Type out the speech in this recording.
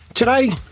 Today